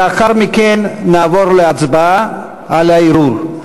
לאחר מכן נעבור להצבעה על הערעור.